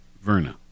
Verna